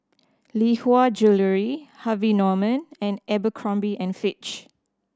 Lee Hwa Jewellery Harvey Norman and Abercrombie and Fitch